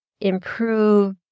improve